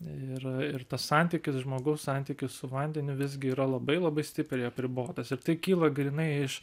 ir ir tas santykis žmogaus santykis su vandeniu visgi yra labai labai stipriai apribotas ir tai kyla grynai iš